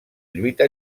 lluita